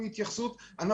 התייחסות.